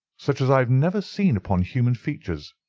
such as i have never seen upon human features.